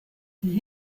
die